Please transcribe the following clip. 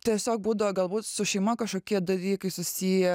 tiesiog būdavo galbūt su šeima kažkokie dalykai susiję